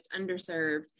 underserved